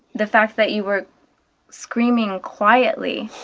the fact that you were screaming quietly,